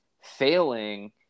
failing